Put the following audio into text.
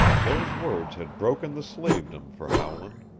those words had broken the slavedom for howland.